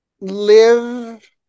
live